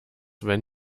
wenn